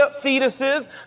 fetuses